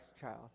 child